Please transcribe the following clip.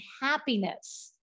happiness